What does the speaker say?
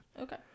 okay